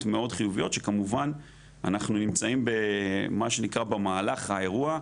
מאוד חיוביות שכמובן אנחנו נמצאים במה שנקרא במהלך האירוע,